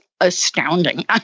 astounding